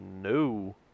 no